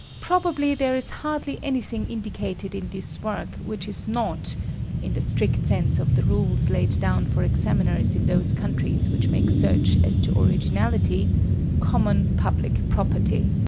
probably there is hardly anything indicated in this work which is not in the strict sense of the rules laid down for examiners in those countries which make search as to originality common public property.